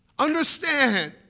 Understand